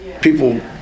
people